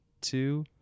two